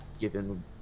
given